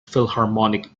philharmonic